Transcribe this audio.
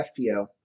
FPO